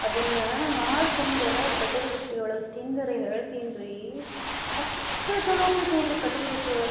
ಅದನ್ನ ಮಾಡ್ಕೊಂಡು ಕಟ್ಟಗೆ ರೊಟ್ಟಿ ಒಳಗೆ ತಿಂದ್ರ ಹೇಳ್ತಿನ್ರೀ ಅಷ್ಟು ಛಲೋ ಆಕೈತೆ ನೋಡ್ರಿ ಕಟ್ಟಗೆ ರೊಟ್ಟಿ ಒಳಗೆ